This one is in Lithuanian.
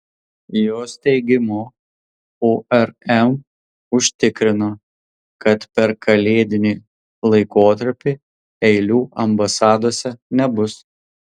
jos teigimu urm užtikrino kad per kalėdinį laikotarpį eilių ambasadose nebus